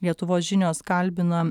lietuvos žinios kalbina